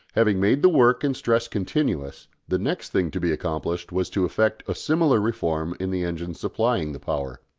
having made the work and stress continuous, the next thing to be accomplished was to effect a similar reform in the engines supplying the power.